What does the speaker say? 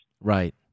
Right